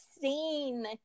seen